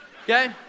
Okay